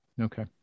okay